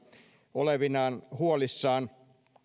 olevinaan huolissaan